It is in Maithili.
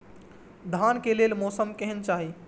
धान के लेल मौसम केहन चाहि?